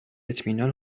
اطمینان